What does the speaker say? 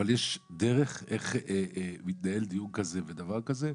אבל יש דרך איך לנהל דיון כזה בדבר כזה,